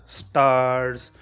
stars